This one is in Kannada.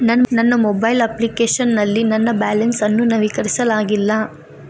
ನನ್ನ ಮೊಬೈಲ್ ಅಪ್ಲಿಕೇಶನ್ ನಲ್ಲಿ ನನ್ನ ಬ್ಯಾಲೆನ್ಸ್ ಅನ್ನು ನವೀಕರಿಸಲಾಗಿಲ್ಲ